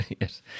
Yes